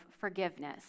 forgiveness